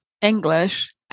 English